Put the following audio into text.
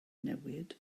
newid